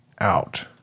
out